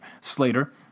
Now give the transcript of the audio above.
Slater